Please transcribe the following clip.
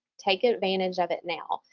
take advantage of it now.